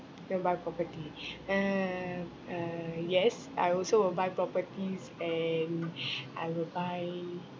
you want to buy property um uh yes I also would buy properties and I will buy